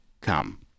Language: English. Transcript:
come